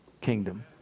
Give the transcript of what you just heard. kingdom